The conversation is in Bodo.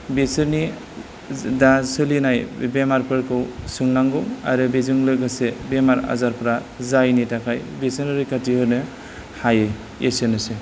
बिसोरनि दा सोलिनाय बेमारफोरखौ सोंनांगौ आरो बेजों लोगोसे बेमार आजारफ्रा जायैनि थाखाय बिसोरनो रैखाथि होनो हायो एसेनोसै